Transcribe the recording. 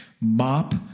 mop